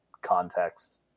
context